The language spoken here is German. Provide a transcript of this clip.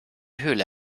höhle